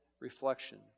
reflection